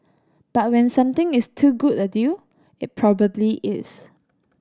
but when something is too good a deal it probably is